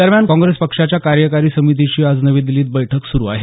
दरम्यान काँग्रेसनं पक्षाच्या कार्यकारी समितीचीही आज नवी दिल्लीत बैठक सुरू आहे